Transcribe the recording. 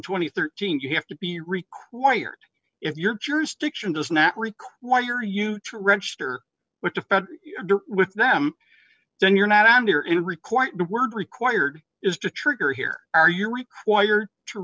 and thirteen you have to be required if your jurisdiction does not require you to register with them then you're not on there and require the word required is to trigger here are you're required to